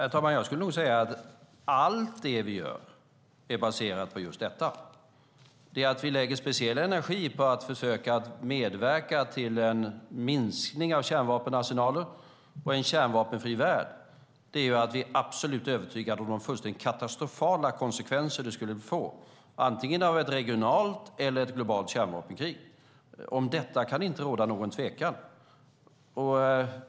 Herr talman! Jag skulle nog säga att allt vi gör är baserat på just detta. Anledningen till att vi lägger speciell energi på att försöka medverka till en minskning av kärnvapenarsenaler och en kärnvapenfri värld är att vi är absolut övertygade om de fullständigt katastrofala konsekvenser ett antingen regionalt eller globalt kärnvapenkrig skulle få. Om detta kan det inte råda någon tvekan.